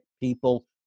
people